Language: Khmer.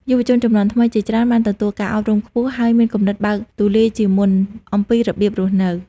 យុវជនជំនាន់ថ្មីជាច្រើនបានទទួលការអប់រំខ្ពស់ ហើយមានគំនិតបើកទូលាយជាងមុនអំពីរបៀបរស់នៅ។